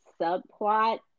subplot